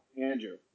Andrew